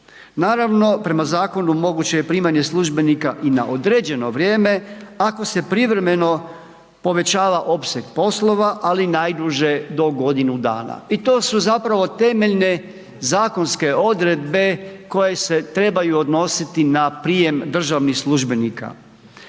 Naravno, prema zakonu moguće je primanje službenika i na određeno vrijeme, ako se privremeno povećava opseg poslova, ali najduže do godinu dana i to su zapravo temeljne zakonske odredbe koje se trebaju odnositi na prijem državnih službenika.